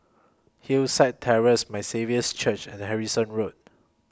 Hillside Terrace My Saviour's Church and Harrison Road